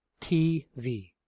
T-V